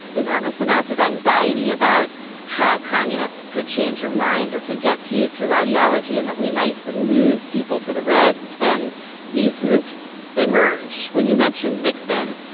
enormous amounts of anxiety about how communists could change your mind or could get to you through ideology and that we might lose people to the reds and these. groups emerge. when you mentioned nixon,